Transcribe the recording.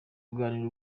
kuganira